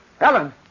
Ellen